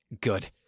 good